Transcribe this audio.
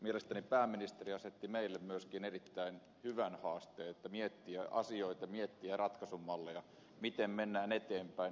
mielestäni pääministeri asetti meille myöskin erittäin hyvän haasteen haasteen miettiä asioita miettiä ratkaisumalleja miten mennään eteenpäin